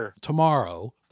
tomorrow